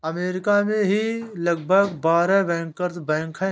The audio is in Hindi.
अमरीका में ही लगभग बारह बैंकर बैंक हैं